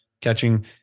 catching